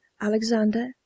Alexander